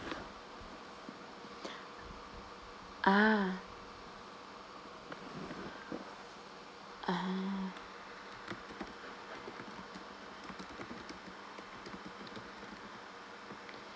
uh (uh huh)